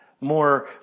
more